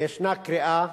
ישנה קריאה